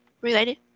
related